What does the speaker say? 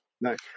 Nice